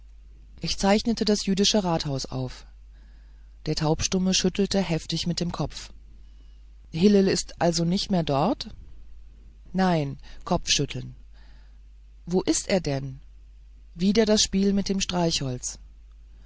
ich zeichnete das jüdische rathaus auf der taubstumme schüttelte heftig den kopf hillel ist also nicht mehr dort nein kopfschütteln wo ist er denn wieder das spiel mit dem